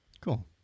Cool